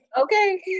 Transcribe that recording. Okay